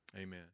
amen